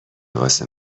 واسه